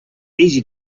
easy